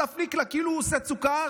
עשה פליק-פלאק כאילו הוא עושה צוקהארה.